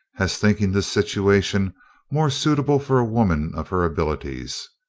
as thinking the situation more suitable for a woman of her abilities.